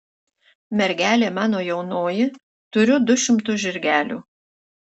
mergelė mano jaunoji turiu du šimtu žirgelių